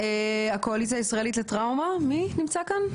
הקואליציה הישראלית לטראומה, מי נמצא כאן?